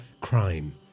crime